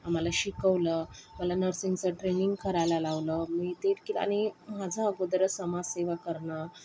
आम्हाला शिकवलं मला नर्सिंगचं ट्रेनिंग करायला लावलं मी ते केलं आणि माझं अगोदरच समाजसेवा करणं